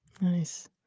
nice